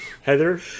Heather